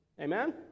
Amen